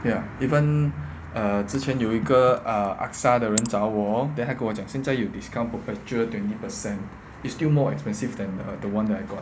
ya even err 之前有一个 A_X_A 的人找我 lor then 还给我讲现在有 discount perpetual twenty per cent is still more expensive than the err one that I got